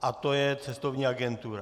A to je cestovní agentura.